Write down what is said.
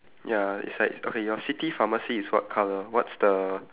ya it's like okay your city pharmacy is what colour what's the